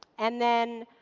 and then,